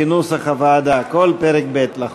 כל פרק ב' לחוק,